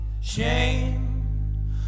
Shame